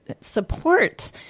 Support